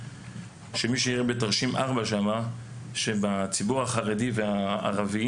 שמישהו העיר בתרשים 4 שם שבציבור החרדי והערבי